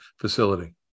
facility